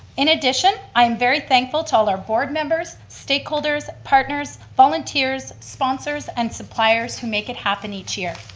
in addition, i'm very thankful to all our board members, stakeholders, partners, volunteers, sponsors and suppliers who make it happen each year.